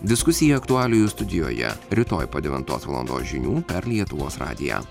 diskusija aktualijų studijoje rytoj po devintos valandos žinių per lietuvos radiją